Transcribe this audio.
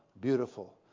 beautiful